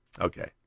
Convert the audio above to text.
Okay